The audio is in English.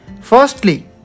Firstly